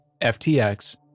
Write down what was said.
FTX